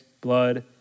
blood